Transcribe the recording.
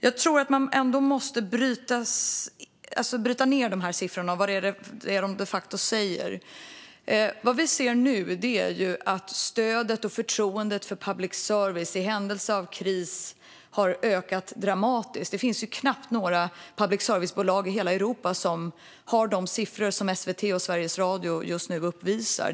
Jag tror att man ändå måste bryta ned dessa siffror och se vad de de facto säger. Vad vi ser nu är att stödet och förtroendet för public service i händelse av kris har ökat dramatiskt. Det finns knappt några public service-bolag i hela Europa som har de siffror som SVT och Sveriges Radio just nu uppvisar.